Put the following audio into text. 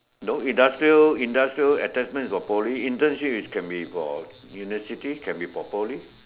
no industrial industrial attachment is for Poly internship is can be for university can be for Poly